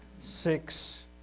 six